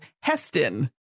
heston